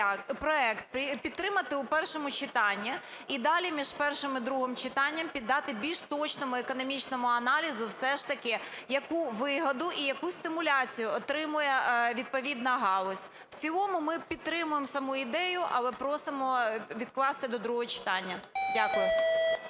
законопроект підтримати у першому читанні і далі, між першим і другим читанням, піддати більш точному економічному аналізу все ж таки, яку вигоду і яку стимуляцію отримує відповідна галузь. В цілому ми підтримуємо саму ідею, але просимо відкласти до другого читання. Дякую.